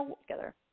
together